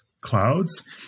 clouds